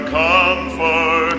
comfort